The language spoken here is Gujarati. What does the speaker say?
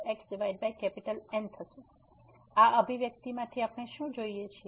તેથી આ અભિવ્યક્તિ માંથી આપણે શું જોઈએ છીએ